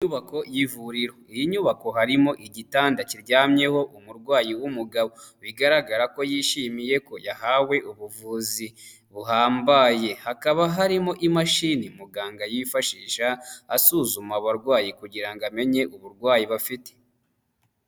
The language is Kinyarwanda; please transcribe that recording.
Inyubako y'ivuriro. Iyi nyubako harimo igitanda kiryamyeho umurwayi w'umugabo bigaragara ko yishimiye ko yahawe ubuvuzi buhambaye hakaba harimo imashini muganga yifashisha asuzuma abarwayi kugira ngo amenye uburwayi bafite.